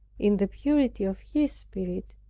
in the purity of his spirit,